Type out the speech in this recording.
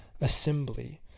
assembly